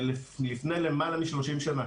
לפני למעלה מ-30 שנה.